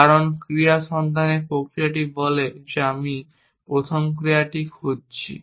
কারণ ক্রিয়া সন্ধানের প্রক্রিয়াটি বলে যে আমি প্রথম ক্রিয়াটি খুঁজছি